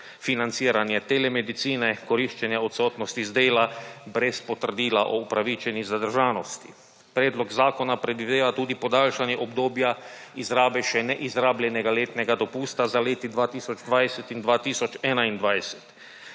financiranje telemedicine, koriščenja odsotnosti z dela brez potrdila o upravičeni zadržanosti. Predlog zakona predvideva tudi podaljšanje obdobja izrabe še neizrabljenega letnega dopusta za leti 2020 in 2021.